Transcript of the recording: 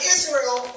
Israel